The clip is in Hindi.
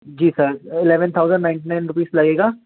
जी sir eleven thousand ninety nine rupees लगेगा